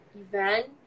event